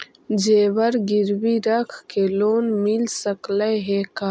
जेबर गिरबी रख के लोन मिल सकले हे का?